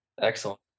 Excellent